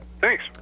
Thanks